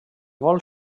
vol